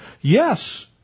Yes